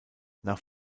nach